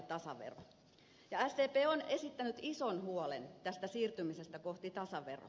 sdp on esittänyt ison huolen tästä siirtymisestä kohti tasaveroa